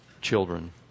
children